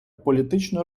політичну